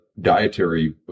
dietary